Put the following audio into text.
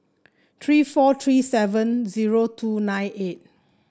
three four three seven zero two nine eight